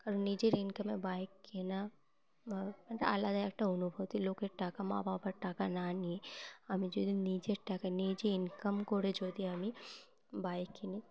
কারণ নিজের ইনকামে বাইক কেনা ম আলাদাই একটা অনুভূতি লোকের টাকা মা বাবার টাকা না নিয়ে আমি যদি নিজের টাকা নিজে ইনকাম করে যদি আমি বাইক কিনি